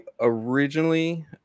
originally